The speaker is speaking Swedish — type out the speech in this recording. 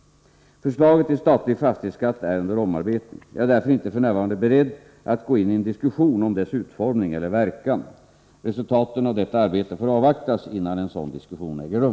Förslaget till statlig fastighetskatt är under omarbetning. Jag är därför inte f.n. beredd att gå in i en diskussion om dess utformning eller verkan. Resultatet av detta arbete får avvaktas innan en sådan diskussion äger rum.